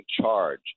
charge